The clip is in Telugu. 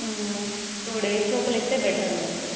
టూ డేస్ లోపల ఇస్తే బెటర్ండి